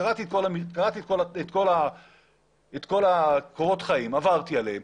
היא קראה את כל קורות החיים ועברתי עליהם,